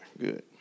good